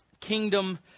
Kingdom